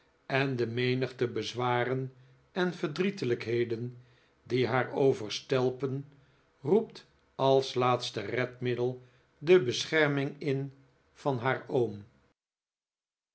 en de menigte bezwaren en verdrietelijkheden die haar overstelpen roept als laatste redmiddel de beschernung in van haar oom